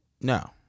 No